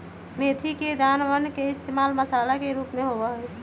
मेथी के दानवन के इश्तेमाल मसाला के रूप में होबा हई